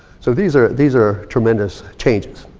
so these are these are tremendous changes.